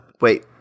wait